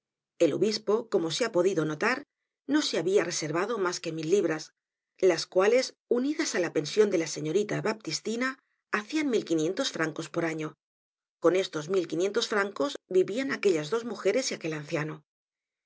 el obispo como se ha podido notar no se habia reservado mas que mil libras las cuales unidas á la pension de la señorita baptistina hacian mil y quinientos francos por año con estos mil y quinientos francos vivian aquellas dos mujeres y aquel anciano y